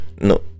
no